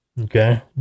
Okay